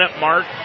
mark